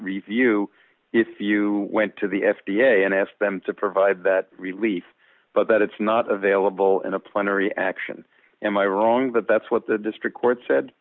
review if you went to the f d a and asked them to provide that relief but that it's not available in a plenary action am i wrong but that's what the district court said